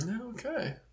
Okay